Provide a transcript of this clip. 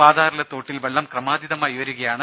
പാതാറിലെ തോട്ടിൽ വെള്ളം ക്രമാതീതമായി ഉയരുകയാണ്